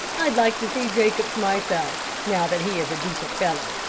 i'd like to see jacobs myself, now that he is a decent fellow.